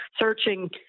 searching